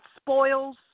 spoils